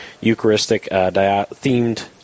Eucharistic-themed